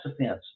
offense